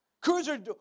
Cruiser